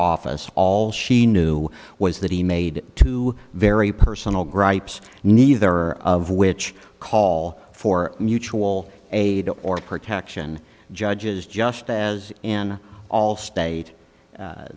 office all she knew was that he made two very personal gripes neither of which call for mutual aid or protection judges just as an all state